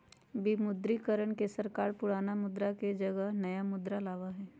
विमुद्रीकरण में सरकार पुराना मुद्रा के जगह नया मुद्रा लाबा हई